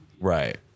Right